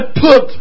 put